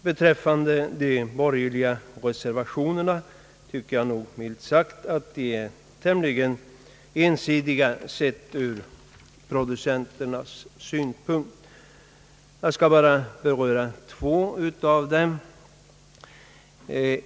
Beträffande de borgerliga reservationerna tycker jag, rent ut sagt, att de tämligen ensidigt ser frågan ur producenternas synpunkt. Jag skall bara beröra två av dem.